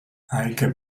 eike